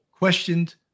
questioned